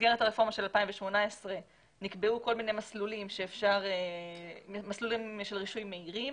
במסגרת הרפורמה של 2018 נקבעו כל מיני מסלולים של רישוי מהירים